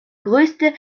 größte